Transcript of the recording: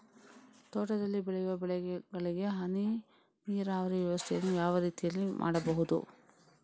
ತೋಟದಲ್ಲಿ ಬೆಳೆಯುವ ಬೆಳೆಗಳಿಗೆ ಹನಿ ನೀರಿನ ವ್ಯವಸ್ಥೆಯನ್ನು ಯಾವ ರೀತಿಯಲ್ಲಿ ಮಾಡ್ಬಹುದು?